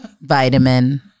Vitamin